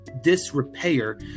disrepair